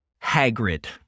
Hagrid